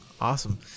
awesome